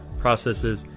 processes